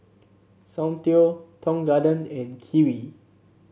Soundteoh Tong Garden and Kiwi